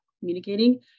communicating